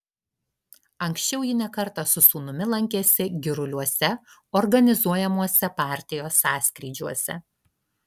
anksčiau ji ne kartą su sūnumi lankėsi giruliuose organizuojamuose partijos sąskrydžiuose